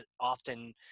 often